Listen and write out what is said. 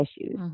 issues